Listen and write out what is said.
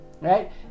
right